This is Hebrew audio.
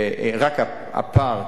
רק הפער,